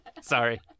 Sorry